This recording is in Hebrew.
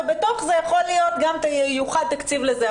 ובתוך זה יכול להיות שייוחד גם תקציב לזה.